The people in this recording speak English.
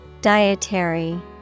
Dietary